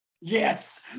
Yes